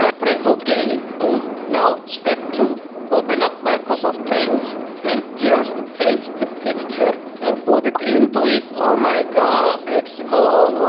ah press ok cool now step two open up microsoft paint and just take the picture and put it into it oh my god, big smoke!